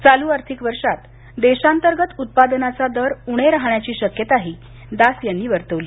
चालू आर्थिक वर्षात देशांतर्गत उत्पादनाचा दर उणे राहण्याची शक्यताही दास यांनी वर्तवली